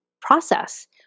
process